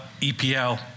EPL